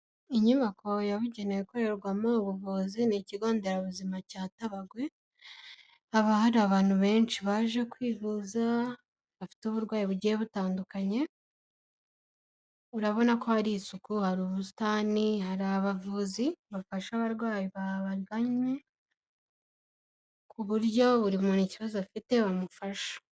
Inyubako yabugenewe ikorerwamo ubuvuzi ni ikigo nderabuzima cya Tabagwe, haba hari abantu benshi baje kwivuza bafite uburwayi bugiye butandukanye, urabona ko hari isuku hari ubusitani hari abavuzi bafasha abarwayi babaganye, ku buryo buri muntu ikibazo afite bamufasha.